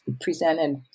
presented